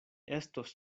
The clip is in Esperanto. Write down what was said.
estos